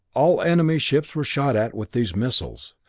all enemy ships were shot at with these missiles,